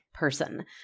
person